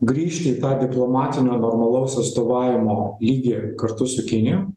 grįžti į tą diplomatinio normalaus atstovavimo lygį kartu su kinija